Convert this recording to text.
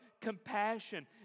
compassion